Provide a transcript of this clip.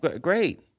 Great